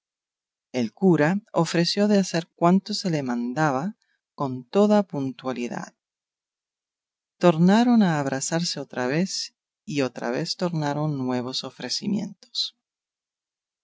el cura ofreció de hacer cuanto se le mandaba con toda puntualidad tornaron a abrazarse otra vez y otra vez tornaron a nuevos ofrecimientos